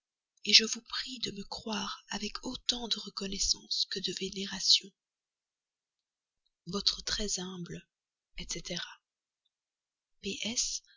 réparer je vous prie de me croire avec autant de reconnaissance que de vénération votre très humble etc